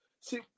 See